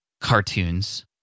cartoons